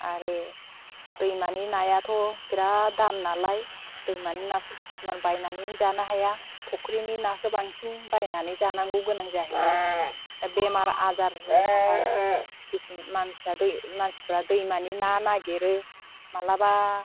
आरो दैमानि नायाथ' बिराद दाम नालाय दैमानि नाखौ खिसुमान बायनानै जानो हाया फख्रिनि नाखौ बांसिन बायनानै जानांगौ गोनां जाहैयो बेमार आजारनि थाखाय खिसुमान मानसिफोरा दैमानि ना नागिरो माब्लाबा